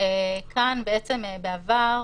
בעבר,